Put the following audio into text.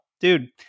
dude